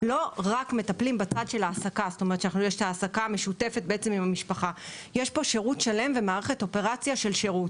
לא מטפלים רק בצד של ההעסקה; יש פה שירות שלם ומערכת אופרציה של שירות.